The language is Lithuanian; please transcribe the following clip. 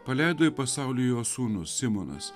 paleido į pasaulį jo sūnus simonas